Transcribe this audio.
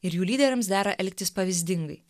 ir jų lyderiams dera elgtis pavyzdingai